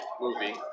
movie